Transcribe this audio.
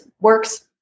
works